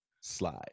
slide